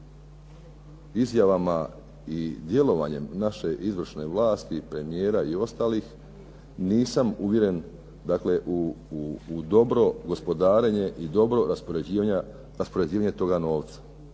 izjavama i djelovanjem naše izvršne vlasti, premijera i ostalih nisam uvjeren u dobro gospodarenje i dobro raspoređivanje toga novca.